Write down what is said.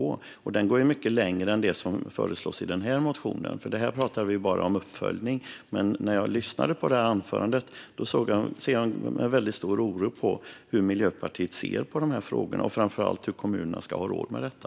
Den vägen innebär också att man går mycket längre än det som föreslås i denna motion, för här pratar vi ju bara om uppföljning. Jag ser med väldigt stor oro på hur Miljöpartiet ser på dessa frågor, framför allt när det gäller hur kommunerna ska ha råd med detta.